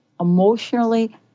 emotionally